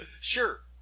Sure